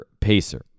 Pacer